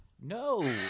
No